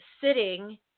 sitting